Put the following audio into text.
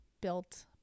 built